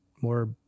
more